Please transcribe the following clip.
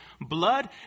blood